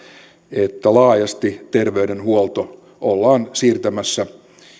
että laajasti terveydenhuolto ollaan siirtämässä